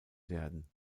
werden